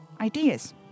Ideas